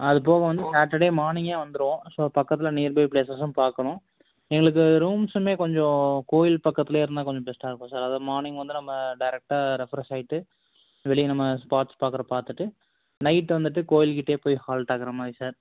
அது போக வந்து சாட்டர்டே மார்னிங்கே வந்துடுவோம் ஸோ பக்கத்தில் நியர் பை ப்ளேஸஸும் பார்க்கணும் எங்களுக்கு ரூம்ஸ்ஸுமே கொஞ்சம் கோயில் பக்கத்தில் இருந்தால் கொஞ்சம் பெஸ்ட்டாக இருக்கும் சார் அதான் மார்னிங் வந்து நம்ம டேரக்டா ரெஃப்ரெஷ் ஆகிட்டு வெளியே நம்ம ஸ்பார்ட்ஸ் பார்க்கறோம் பார்த்துட்டு நைட் வந்துட்டு கோயில் கிட்டேயே போய் ஹால்ட் ஆகுற மாதிரி சார்